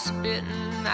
spitting